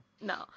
No